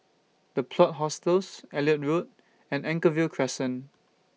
The Plot Hostels Elliot Road and Anchorvale Crescent